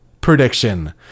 prediction